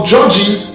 Judges